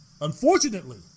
Unfortunately